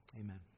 Amen